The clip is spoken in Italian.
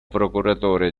procuratore